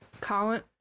Colin